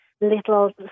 little